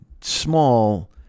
small